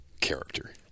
Character